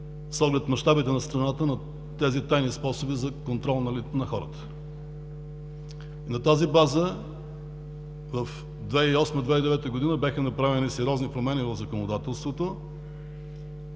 с оглед мащабите на страната на тайни способи за контрол на хората. На тази база в 2008 – 2009 г. бяха направени сериозни промени в законодателството.